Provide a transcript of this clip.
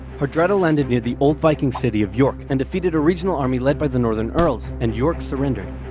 hardrada landed near the old viking city of york, and defeated a regional army lead by the northern earls, and york surrendered.